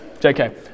JK